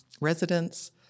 residents